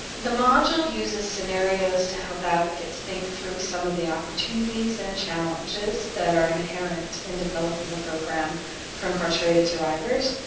the module uses scenarios to help advocates think through some of the opportunities and challenges that are inherent inherent in developing a program for incarcerated survivors.